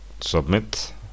submit